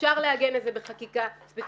אפשר לעגן את זה בחקיקה ספציפית.